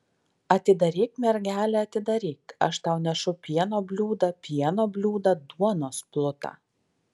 atidaryk mergele atidaryk aš tau nešu pieno bliūdą pieno bliūdą duonos plutą